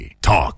Talk